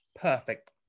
perfect